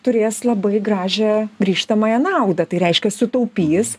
turės labai gražią grįžtamąją naudą tai reiškia sutaupys